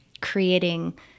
creating